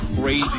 crazy